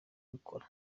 kubikora